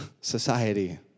society